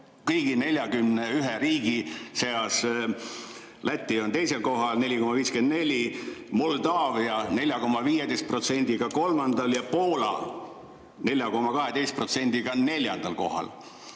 kõigi 41 riigi seas. Läti on teisel kohal, 4,54%, Moldaavia on 4,15%‑ga kolmandal ja Poola 4,12%‑ga neljandal kohal.